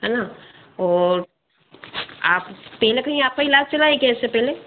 है ना और आप पहले कहीं आपका ईलाज चला है क्या इससे पहले